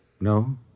No